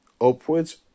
upwards